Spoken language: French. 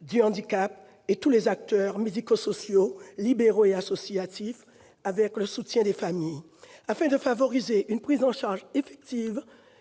du handicap, ainsi que tous les acteurs médico-sociaux libéraux et associatifs, avec le soutien des familles, afin de favoriser une prise en charge